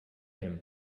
him